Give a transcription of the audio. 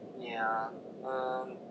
yeah um